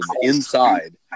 inside